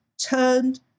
turned